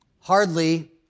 Hardly